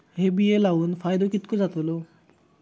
हे बिये लाऊन फायदो कितको जातलो?